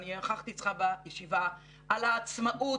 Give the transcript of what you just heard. ואני נכחתי אצלך בישיבה על העצמאות